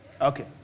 Okay